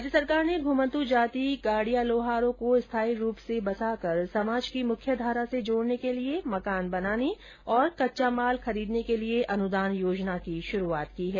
राज्य सरकार ने घ्रमन्तू जाति गाडिया लोहारों को स्थायी रूप से बसाकर समाज की मुख्यधारा से जोडने के लिए मकान बनाने और कच्चा माल खरीदने के लिये अनुदान योजना की शुरूआत की है